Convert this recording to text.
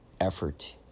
effort